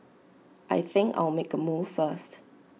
I think I'll make A move first